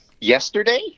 Yesterday